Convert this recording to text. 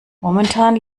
momentan